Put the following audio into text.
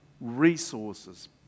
resources